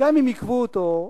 גם אם עיכבו אותו,